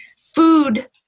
food